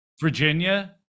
Virginia